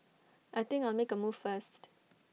I think I'll make A move first